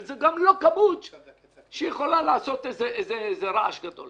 זו גם לא כמות שיכולה לעשות איזה רעש גדול.